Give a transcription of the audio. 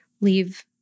leave